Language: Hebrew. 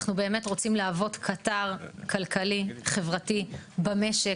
אנחנו באמת רוצים להוות קטר כלכלי-חברתי במשק.